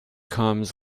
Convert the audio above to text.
comes